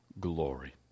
glory